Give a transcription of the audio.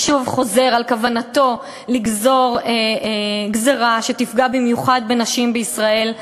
שוב חוזר על כוונתו לגזור גזירה שתפגע במיוחד בנשים בישראל,